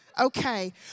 Okay